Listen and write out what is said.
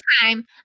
time